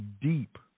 deep